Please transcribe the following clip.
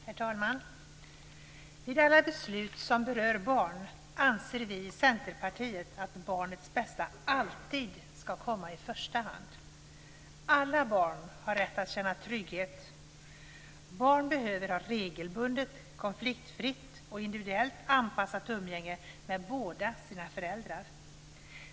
Herr talman! Vid alla beslut som berör barn anser vi i Centerpartiet att barnets bästa alltid ska komma i första hand. Alla barn har rätt att känna trygghet. Barn behöver ha regelbundet, konfliktfritt och individuellt anpassat umgänge med båda sin föräldrar.